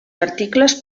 articles